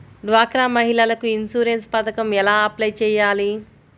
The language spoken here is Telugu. డ్వాక్రా మహిళలకు ఇన్సూరెన్స్ పథకం ఎలా అప్లై చెయ్యాలి?